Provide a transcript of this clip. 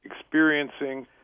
experiencing